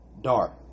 dark